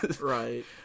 right